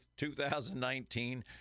2019